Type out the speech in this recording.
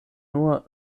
nur